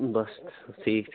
بَس ٹھیٖک چھُ